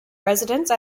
residence